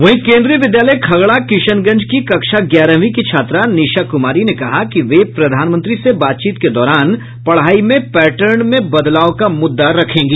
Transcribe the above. वहीं केन्द्रीय विद्यालय खगड़ा किशनगंज की कक्षा ग्यारहवीं की छात्रा निशा कुमारी ने कहा कि वे प्रधानमंत्री से बातचीत के दौरान पढ़ाई में पैटर्न में बदलाव का मुद्दा रखेंगी